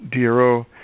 DRO